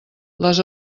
les